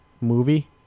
movie